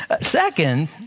Second